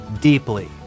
deeply